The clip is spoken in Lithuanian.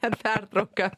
per pertrauką